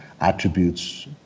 attributes